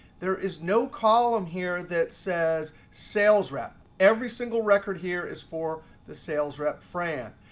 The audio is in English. there is no column here that says sales rep. every single record here is for the sales rep fran.